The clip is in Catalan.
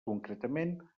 concretament